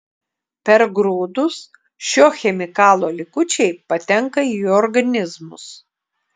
per grūdus šio chemikalo likučiai patenka į organizmus